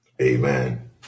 Amen